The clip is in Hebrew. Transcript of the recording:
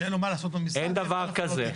שאין לו מה לעשות במשרד --- אין דבר כזה.